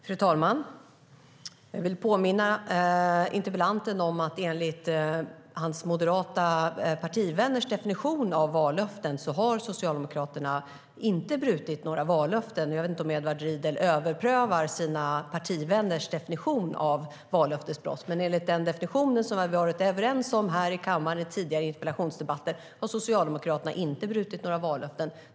Fru talman! Jag vill påminna interpellanten om att enligt hans moderata partivänners definition av vallöften har Socialdemokraterna inte brutit några vallöften. Jag vet inte om Edward Riedl överprövar sina partivänners definition av vad som är vallöftesbrott, men enligt den definition som vi varit överens om här i kammaren i tidigare interpellationsdebatter har Socialdemokraterna inte brutit några vallöften.